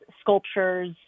sculptures